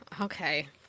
Okay